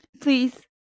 please